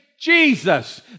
Jesus